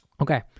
Okay